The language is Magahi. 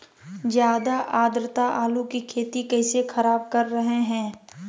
ज्यादा आद्रता आलू की खेती कैसे खराब कर रहे हैं?